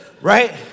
right